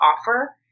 offer